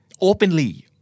Openly